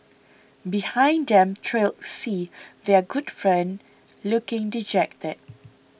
behind them trailed C their good friend looking dejected